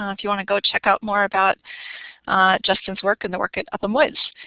um if you want to go check out more about justin's work and the work at upham woods.